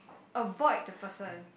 avoid the person